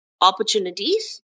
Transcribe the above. opportunities